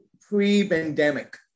pre-pandemic